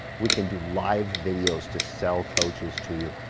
we can do live videos to sell coaches to you.